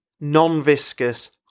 non-viscous